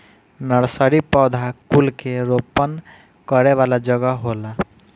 nursery पौधा कुल के रोपण करे वाला जगह होला